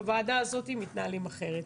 בוועדה הזאת מתנהלים אחרת.